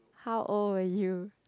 how old were you